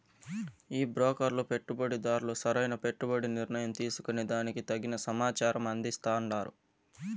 ఈ బ్రోకర్లు పెట్టుబడిదార్లు సరైన పెట్టుబడి నిర్ణయం తీసుకునే దానికి తగిన సమాచారం అందిస్తాండారు